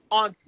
on